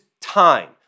time